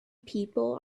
people